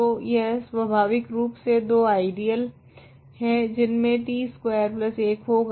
तो यह स्वाभाविकरूप से दो आइडियल ही जिनमे t स्कवेर 1 होगा